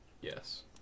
Yes